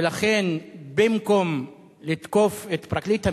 ולכן במקום לתקוף את פרקליט המדינה,